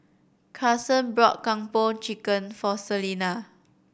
Karson bought Kung Po Chicken for Celina